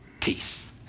peace